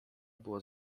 było